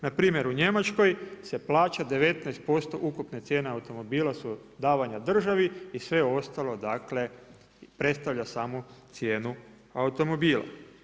Na primjer u Njemačkoj se plaća 19% ukupne cijene automobila su davanja državi i sve ostalo dakle predstavlja samu cijenu automobila.